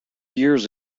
years